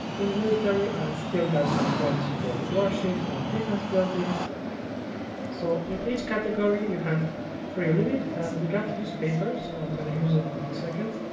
in military and still got some points for warships and defense buildings so in each category you have free limit and we got newspaper so i'm going to use it in few seconds.